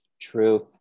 Truth